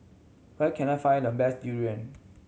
where can I find the best durian